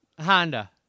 Honda